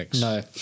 No